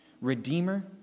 Redeemer